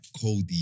Cody